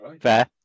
Fair